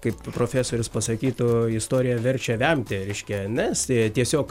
kaip profėsorius pasakytų istorija verčia vemti reiškia nes tiesiog